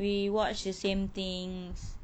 we watch the same things